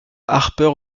harper